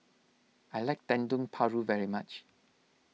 I like Dendeng Paru very much